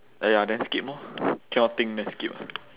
!aiya! then skip orh cannot think then skip